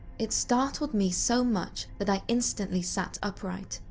it startled me so much that i instantly sat upright,